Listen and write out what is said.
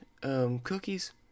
cookies